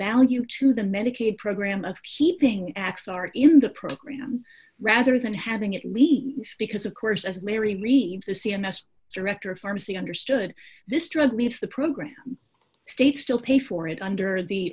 value to the medicaid program of keeping x r in the program rather than having it meet because of course as mary read the c m s director of pharmacy understood this drug leaves the program states still pay for it under the